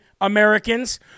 Americans